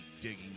digging